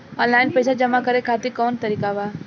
Online पइसा जमा करे खातिर कवन तरीका बा?